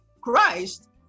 christ